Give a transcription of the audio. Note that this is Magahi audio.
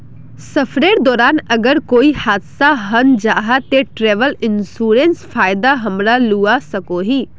सफरेर दौरान अगर कोए हादसा हन जाहा ते ट्रेवल इन्सुरेंसर फायदा हमरा लुआ सकोही